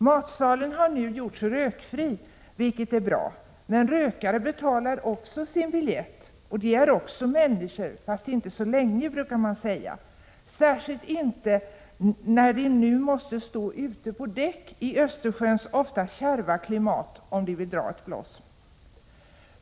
Matsalen har nu gjorts rökfri, vilket är bra, men rökare betalar också sin biljett och är människor — fast inte så länge, brukar man säga, särskilt inte när de nu måste stå ute på däck i Östersjöns ofta kärva klimat om de vill dra ett bloss.